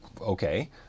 okay